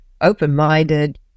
open-minded